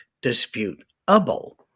disputable